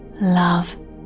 love